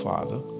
Father